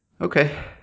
Okay